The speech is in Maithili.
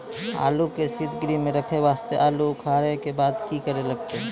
आलू के सीतगृह मे रखे वास्ते आलू उखारे के बाद की करे लगतै?